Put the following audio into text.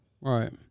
Right